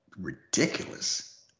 ridiculous